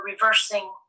reversing